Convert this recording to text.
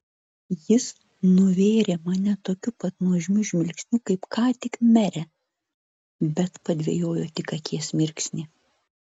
jis nuvėrė mane tokiu pat nuožmiu žvilgsniu kaip ką tik merę bet padvejojo tik akies mirksnį